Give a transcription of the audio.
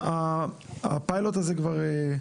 הפיילוט הזה כבר?